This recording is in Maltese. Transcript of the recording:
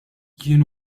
jien